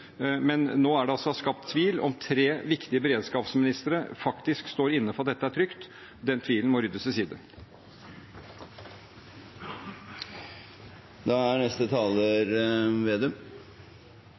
Men nå er det altså skapt tvil om hvorvidt tre viktige beredskapsministre faktisk står inne for at dette er trygt. Den tvilen må ryddes til side.